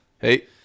Hey